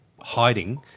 hiding